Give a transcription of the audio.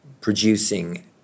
producing